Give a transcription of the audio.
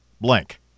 blank